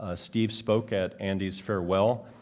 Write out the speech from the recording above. ah steve spoke at andy's farewell,